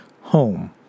home